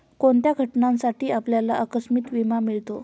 कोणत्या घटनांसाठी आपल्याला आकस्मिक विमा मिळतो?